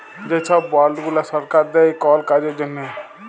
যে ছব বল্ড গুলা সরকার দেই কল কাজের জ্যনহে